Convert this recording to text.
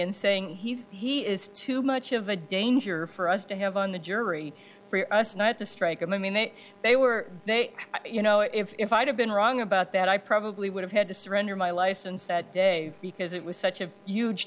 and saying he is too much of a danger for us to have on the jury for us not to strike him i mean they they were they you know if i had been wrong about that i probably would have had to surrender my license that day because it was such a huge